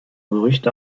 gerüchte